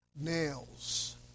Nails